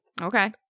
Okay